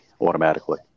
automatically